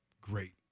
great